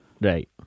Right